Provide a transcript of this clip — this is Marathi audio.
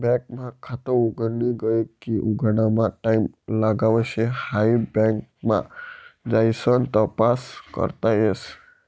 बँक मा खात उघडी गये की उघडामा टाईम लागाव शे हाई बँक मा जाइसन तपास करता येस